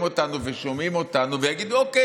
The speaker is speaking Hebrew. אותנו ושומעים אותנו ושיגידו: אוקיי,